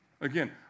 Again